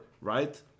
right